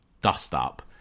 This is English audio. dust-up